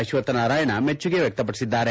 ಅಶ್ವತ ನಾರಾಯಣ ಮೆಚ್ಚುಗೆ ವ್ಯಕ್ತಪಡಿಸಿದ್ದಾರೆ